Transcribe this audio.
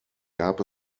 gab